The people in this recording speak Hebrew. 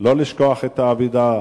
לא לשכוח את האבדה,